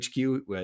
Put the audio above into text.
HQ